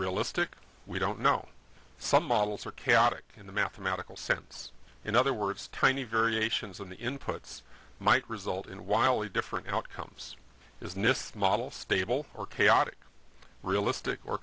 realistic we don't know some models are chaotic in the mathematical sense in other words tiny variations in the inputs might result in wildly different outcomes is nist model stable or chaotic realistic or